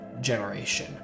generation